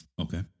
Okay